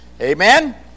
amen